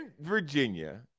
Virginia